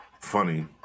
funny